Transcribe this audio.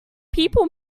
people